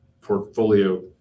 portfolio